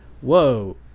whoa